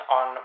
on